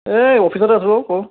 এই অফিচতে আছো অ' ক